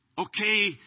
Okay